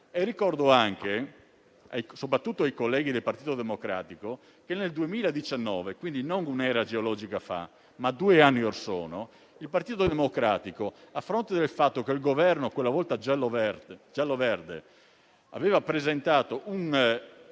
Ricordo anche, soprattutto ai colleghi del Partito Democratico, che nel 2019 - quindi non un'era geologica fa ma due anni or sono - il Partito Democratico, a fronte del fatto che il Governo giallo-verde di allora aveva posto la